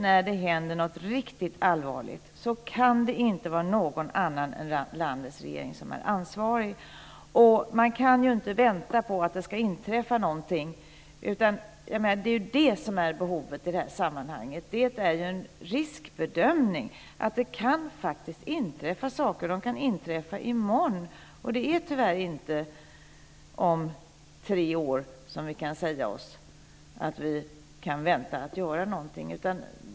När det händer något riktigt allvarligt kan det inte vara någon annan än landets regering som ytterst är ansvarig. Man kan inte vänta på att det ska inträffa någonting. Det är det som är behovet i det här sammanhanget. Det är en riskbedömning. Det kan faktiskt inträffa saker. De kan inträffa i morgon. Vi kan tyvärr inte säga att vi kan vänta i tre år med att göra någonting.